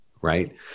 right